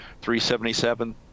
377